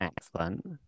Excellent